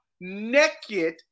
naked